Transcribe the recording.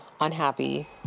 unhappy